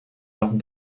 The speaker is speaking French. leurs